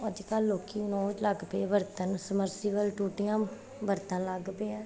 ਅੱਜ ਕੱਲ੍ਹ ਲੋਕੀ ਨੂੰ ਲੱਗ ਪਏ ਬਰਤਨ ਸਮਰਸੀਬਲ ਟੂਟੀਆਂ ਬਰਤਨ ਲੱਗ ਪਏ ਆ